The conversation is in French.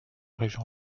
région